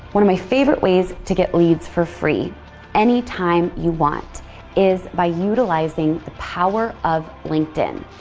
one of my favorite ways to get leads for free anytime you want is by utilizing the power of linkedin,